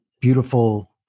beautiful